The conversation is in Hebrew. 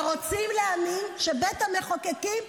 ורוצים להאמין שבית המחוקקים,